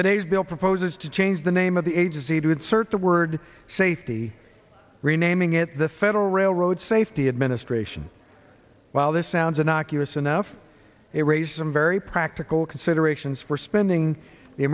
today's bill proposes to change the name of the agency to insert the word safety renaming it the federal railroad safety administration while this sounds innocuous enough it raised some very practical considerations for spending the